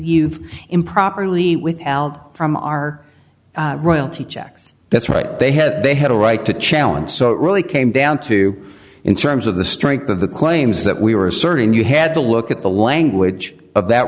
you've improperly with al from our royalty checks that's right they have they had a right to challenge so it really came down to in terms of the strength of the claims that we were asserting you had to look at the language